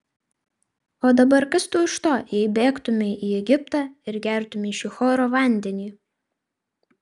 o dabar kas tau iš to jei bėgtumei į egiptą ir gertumei šihoro vandenį